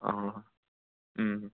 आं उं